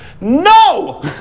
No